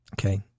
Okay